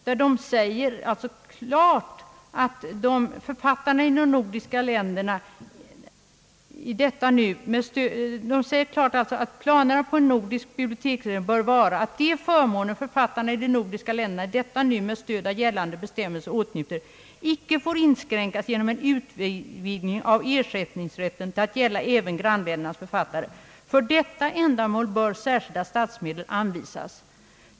Men då tycks man ha förbisett att där sägs, att »förutsättningen vid förverkligandet av planerna på ett nordiskt biblioteksväsen bör vara, att de förmåner, författarna i de nordiska länderna i detta nu med stöd av de gällande bestämmelserna åtnjuter, icke får inskränkas genom en utvidgning av ersättningsrätten till att gälla även grannländernas författare. För detta ändamål bör särskilda statsmedel anvisas».